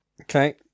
Okay